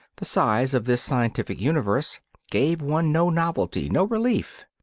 the size of this scientific universe gave one no novelty, no relief.